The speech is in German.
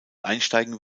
einsteigen